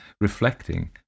reflecting